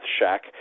shack